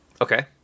Okay